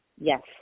Yes